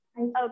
Okay